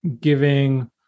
giving